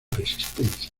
resistencia